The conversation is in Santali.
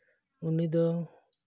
ᱩᱱᱤ ᱫᱚ